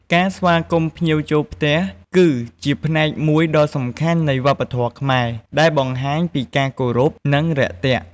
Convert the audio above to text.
ការស្វាគមន៍ភ្ញៀវចូលផ្ទះ គឺជាផ្នែកមួយដ៏សំខាន់នៃវប្បធម៌ខ្មែរ ដែលបង្ហាញពីការគោរព និងរាក់ទាក់។